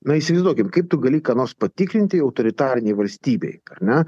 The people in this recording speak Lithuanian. na įsivaizduokim kaip tu gali ką nors patikrinti autoritarinėj valstybėj ar ne